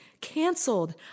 canceled